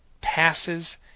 passes